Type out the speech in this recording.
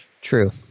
True